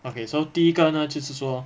okay so 第一个呢就是说